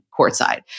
courtside